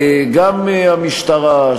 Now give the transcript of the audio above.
גם המשטרה,